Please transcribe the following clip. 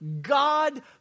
God